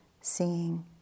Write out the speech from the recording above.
seeing